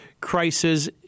Crisis